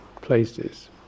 places